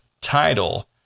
title